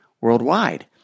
worldwide